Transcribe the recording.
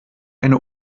eine